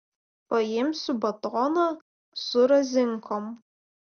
paimsiu batoną su razinkom